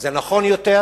זה נכון יותר,